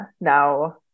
now